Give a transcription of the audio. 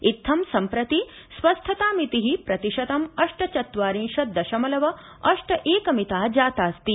इत्थं सम्प्रति स्वस्थता मितिः प्रतिशतम् अष्टचत्वारिंशत् दशमलव अष्ट एक मिता जाता अस्ति